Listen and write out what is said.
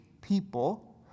people